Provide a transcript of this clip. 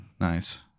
nice